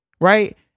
right